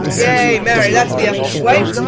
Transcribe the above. yea, marry, that's the eftest way.